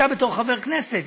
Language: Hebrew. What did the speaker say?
אתה בתור חבר כנסת,